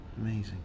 Amazing